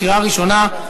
קריאה ראשונה.